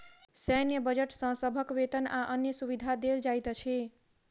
सैन्य बजट सॅ सभक वेतन आ अन्य सुविधा देल जाइत अछि